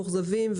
מאוכזבים,